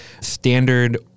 standard